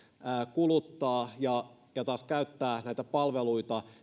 kuluttaa ja ja käyttää näitä palveluita